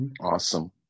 Awesome